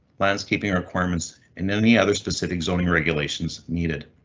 landscaping requirements and any other specific zoning regulations needed.